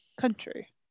country